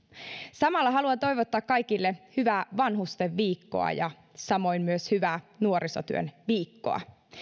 samalla haluan toivottaa kaikille hyvää vanhustenviikkoa ja samoin myös hyvää nuorisotyön viikkoa